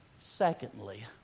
Secondly